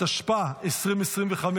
התשפ"ה 2025,